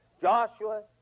Joshua